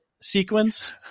sequence